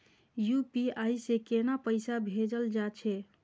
UPI से केना पैसा भेजल जा छे?